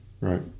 Right